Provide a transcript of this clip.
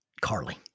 Carly